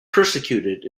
persecuted